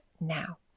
now